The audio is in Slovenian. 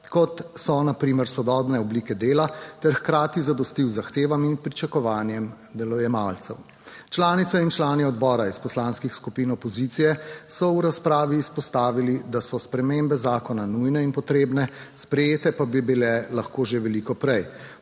primer sodobne oblike dela, ter hkrati zadostil zahtevam in pričakovanjem delojemalcev. Članice in člani odbora iz poslanskih skupin opozicije so v razpravi izpostavili, da so spremembe zakona nujne in potrebne, sprejete pa bi bile lahko že veliko prej.